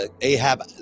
ahab